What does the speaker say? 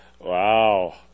Wow